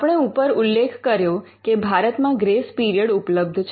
આપણે ઉપર ઉલ્લેખ કર્યો કે ભારતમાં ગ્રેસ પિરિયડ ઉપલબ્ધ છે